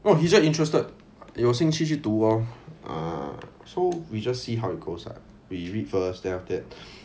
no he's just interested 有幸趣去读 lor ah so we just see how it goes ah we read first then after that